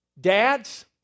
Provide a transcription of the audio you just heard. Dads